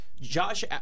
Josh